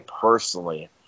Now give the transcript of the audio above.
personally